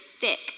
thick